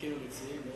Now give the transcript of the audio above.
מחכים למציעים?